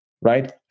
right